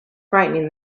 frightening